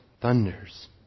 thunders